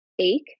ache